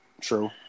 True